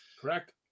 Correct